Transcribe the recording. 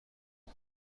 بودم